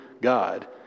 God